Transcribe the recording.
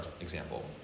example